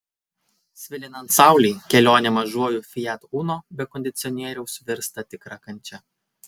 svilinant saulei kelionė mažuoju fiat uno be kondicionieriaus virsta tikra kančia